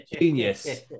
Genius